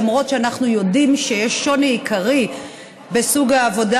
למרות שאנחנו יודעים שיש שוני עיקרי בסוג העבודה